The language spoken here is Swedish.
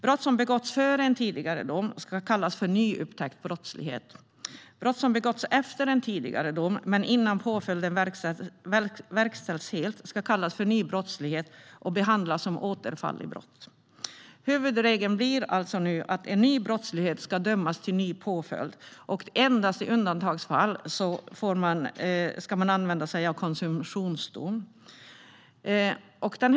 Brott som begåtts före en tidigare dom ska kallas för nyupptäckt brottslighet. Brott som begåtts efter en tidigare dom, men innan påföljden verkställts helt, ska kallas för ny brottslighet och behandlas som återfall i brott. Huvudregeln blir nu alltså att ny brottslighet ska leda till ny påföljd. Endast i undantagsfall ska konsumtionsdom användas.